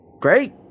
Great